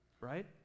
Right